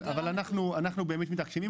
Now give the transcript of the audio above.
אנחנו באמת מתעקשים.